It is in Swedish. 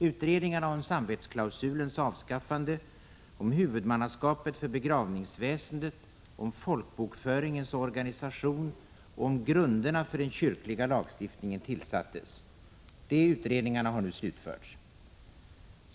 Utredningarna om samvetsklausulens avskaffande, om huvudmannaskapet för begravningsväsendet, om folkbokföringens organisation och om grunderna för den kyrkliga lagstiftningen tillsattes. Dessa utredningar har nu slutförts.